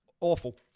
awful